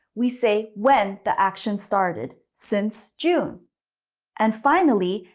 we say when the action started since june and finally,